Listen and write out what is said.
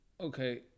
Okay